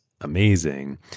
amazing